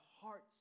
hearts